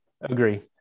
agree